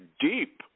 deep